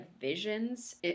visions